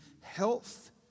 health